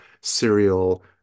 serial